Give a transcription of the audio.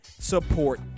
support